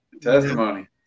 Testimony